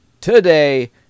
Today